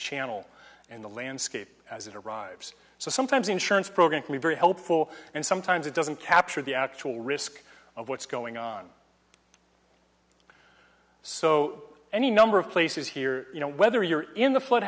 channel and the landscape as it arrives so sometimes insurance program can be very helpful and sometimes it doesn't capture the actual risk of what's going on so any number of places here you know whether you're in the floo